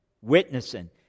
witnessing